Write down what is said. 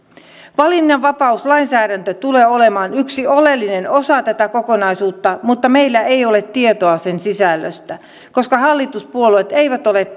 valinnanvapauslainsäädäntö tulee olemaan yksi oleellinen osa tätä kokonaisuutta mutta meillä ei ole tietoa sen sisällöstä koska hallituspuolueet eivät ole